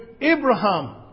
Abraham